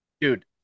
dude